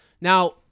Now